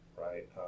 right